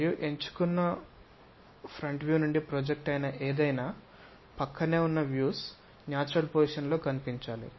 మరియు ఎంచుకున్న front view నుండి ప్రొజెక్ట్ అయిన ఏదైనా ప్రక్కనే ఉన్న వ్యూస్ న్యాచురల్ పొజిషన్ లో కనిపించాలి